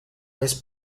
vez